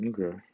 Okay